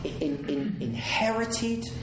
inherited